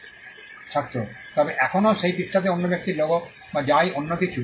ছাত্র তবে এখনও সেই পৃষ্ঠাতে অন্য ব্যক্তির লোগো বা যাই অন্য কিছু